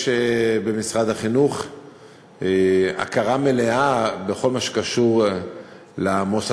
שיש במשרד החינוך הכרה מלאה בכל מה שקשור למוסדות